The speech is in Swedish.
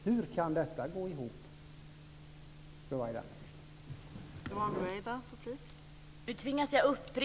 Hur kan detta gå ihop, Ruwaida?